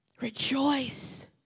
Rejoice